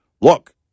look